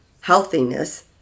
healthiness